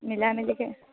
মিলা মিলিকৈ